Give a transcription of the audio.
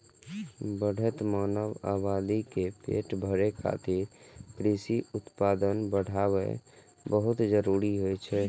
बढ़ैत मानव आबादी के पेट भरै खातिर कृषि उत्पादन बढ़ाएब बहुत जरूरी होइ छै